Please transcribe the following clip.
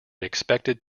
expected